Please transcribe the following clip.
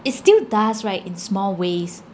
it still does right in small ways